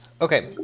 Okay